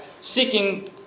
seeking